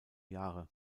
jahre